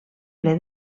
ple